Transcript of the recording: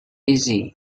easy